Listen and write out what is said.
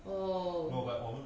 oh